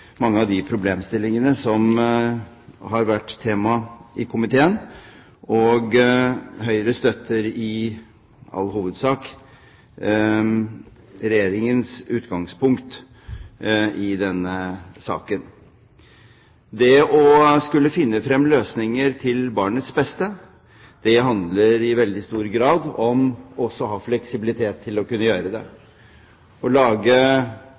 mange av de problemstillingene som har vært tema i komiteen. Høyre støtter i all hovedsak Regjeringens utgangspunkt i denne saken. Det å skulle finne frem til løsninger til barnets beste handler i veldig stor grad om også å ha fleksibilitet til å kunne gjøre det. Å lage generelle regler for spesielle tilfeller er krevende og